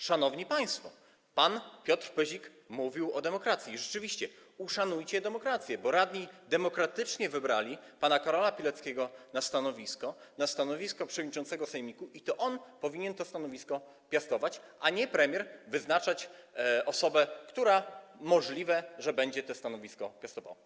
Szanowni państwo, pan Piotr Pyzik mówił o demokracji, i uszanujcie demokrację, bo radni demokratycznie wybrali pana Karola Pileckiego na stanowisko przewodniczącego sejmiku i to on powinien to stanowisko piastować, a nie premier wyznaczać osobę, która możliwe, że będzie to stanowisko piastowała.